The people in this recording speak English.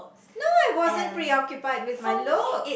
no I wasn't preoccupied with my look